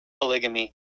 polygamy